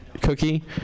cookie